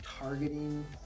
targeting